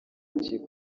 urukiko